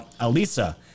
Alisa